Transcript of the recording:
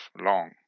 long